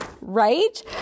Right